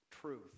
truth